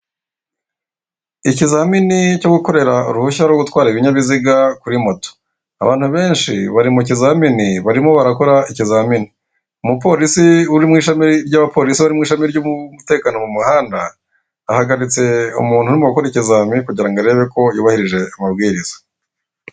Ikizamini cyo gukorera uruhushya rwo gutwara ibinyabiziga kuri moto. Abantu benshi bari mu kizamini barimo barakora ikizamini. Umupolisi uri mw'ishami ry'abapolisi bari mw'ishami ry'umutekano mu muhanda ahagaritse umuntu urimo gukora ikizami, kugirango arebe ko yubahirije amabwiriza.